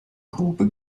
grube